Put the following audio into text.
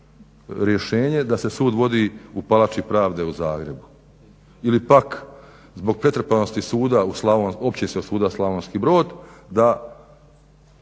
da se sud vodi u Palači pravde u Zagrebu ili pak zbog pretrpanosti Općinskog suda Slavonski Brod da